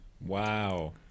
Wow